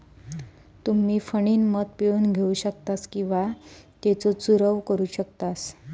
तुम्ही फणीनं मध पिळून घेऊ शकतास किंवा त्येचो चूरव करू शकतास